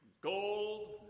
gold